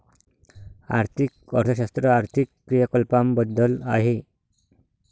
आर्थिक अर्थशास्त्र आर्थिक क्रियाकलापांबद्दल आहे